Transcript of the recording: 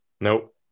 Nope